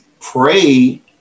pray